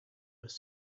was